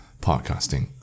podcasting